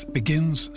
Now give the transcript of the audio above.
begins